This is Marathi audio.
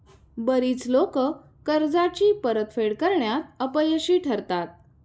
बरीच लोकं कर्जाची परतफेड करण्यात अपयशी ठरतात